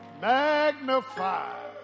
Magnify